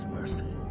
mercy